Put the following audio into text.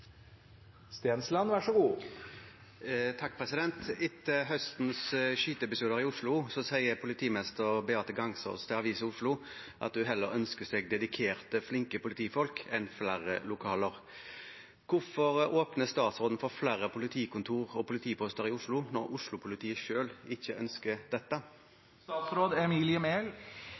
Vi går så til spørsmål 29. «Etter høstens skyteepisoder i Oslo sier politimester Beate Gangås til Avisa Oslo at hun heller ønsker seg dedikerte, flinke politifolk enn flere lokaler. Hvorfor åpner statsråden for flere politikontor/politiposter i Oslo når Oslo-politiet selv ikke ønsker dette?»